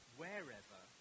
wherever